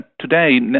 today